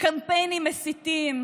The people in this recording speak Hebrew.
קמפיינים מסיתים,